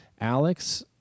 Alex